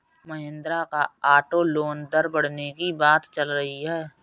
महिंद्रा का auto loan दर बढ़ने की बात चल रही है